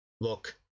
look